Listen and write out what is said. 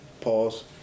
Pause